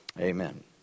amen